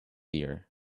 year